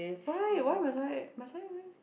why why must I must I